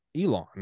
elon